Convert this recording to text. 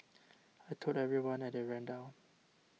I told everyone and they ran down